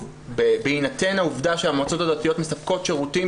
בהינתן העובדה שהמועצות הדתיות מספקות שירותים